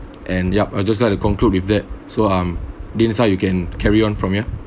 and yup I'll just like to conclude with that so um the inside you can carry on from your